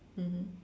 mmhmm